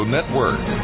Network